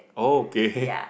okay